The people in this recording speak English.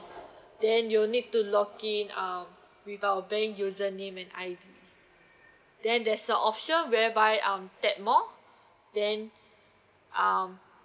then you'll need to log in um with our bank username and I_D then there's a option whereby um tap more then um